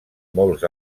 molts